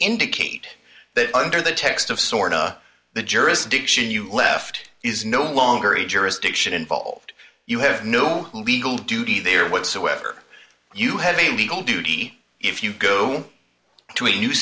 indicate that under the text of sort of the jurisdiction you left is no longer a jurisdiction involved you have no legal duty there whatsoever you have a legal duty if you go to a new